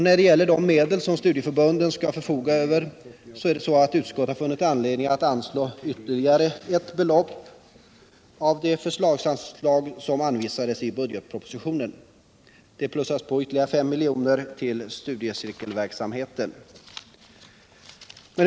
När det gäller de medel som studieförbunden kan förfoga över har utskottet funnit anledning att anslå ytterligare ett belopp av det försöksanslag som anvisades i budgetpropositionen. Det plussas på 5 milj.kr. till studiecirkelverksamheten.